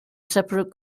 separate